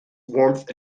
warmth